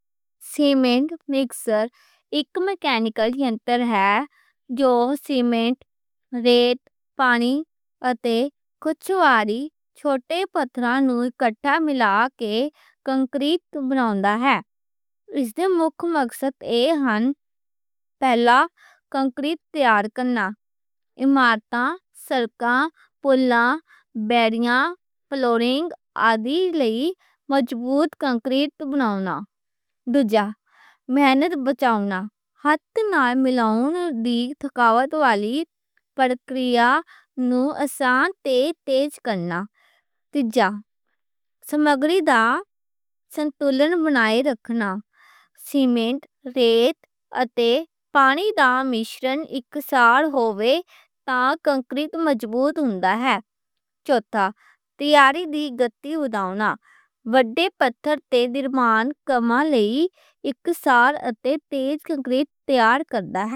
Cement mixer ایک مکینیکل یَنتر ہے جو سیمنٹ، ریت، پانی تے کُجھ واری چھوٹے پتھراں نوں اکٹھا ملا کے کنکریٹ ملاؤن لئی ہے۔ اس دے مک مقصد ایہہ ہن، پہلا کنکریٹ تیار کرنا۔ عمارتاں، سڑکاں، پلّاں، بیڑیاں، فلورنگ وغیرہ لئی مضبوط کنکریٹ بناؤن دا ہے۔ دوجا، محنت بچاؤن دا ہے۔ ہتھ نال ملاون دی تھکاوٹ والی پرکریا نوں آسان تے تیز کرنا۔ تیجا، سامان نوں سَمتُلِت بنائے رکھنا۔ سیمنٹ، ریت اتے پانی دا مِشرن اکسار ہووے تاں کنکریٹ مضبوط ہوندا ہے۔ چوٹھا، تیاری دی گتی ودھاؤن دا۔ وڈّے پتھر تے درمیانے کمّاں لئی اکسار اتے تیز کنکریٹ تیار کردا ہے۔